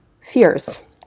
fears